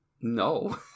No